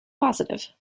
positive